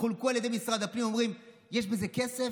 שחולקו על ידי משרד הפנים ואומרים: יש בזה כסף?